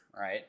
right